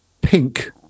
Pink